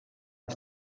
ist